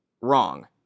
Wrong